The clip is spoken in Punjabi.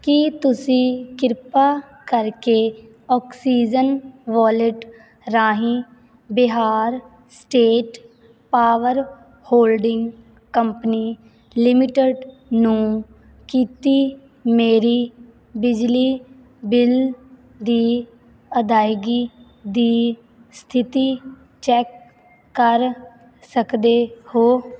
ਕੀ ਤੁਸੀਂ ਕਿਰਪਾ ਕਰਕੇ ਆਕਸੀਜਨ ਵਾਲਿਟ ਰਾਹੀਂ Bihar state power holding company limited ਨੂੰ ਕੀਤੀ ਮੇਰੀ ਬਿਜਲੀ ਬਿੱਲ ਦੀ ਅਦਾਇਗੀ ਦੀ ਸਥਿਤੀ ਚੈਕ ਕਰ ਸਕਦੇ ਹੋ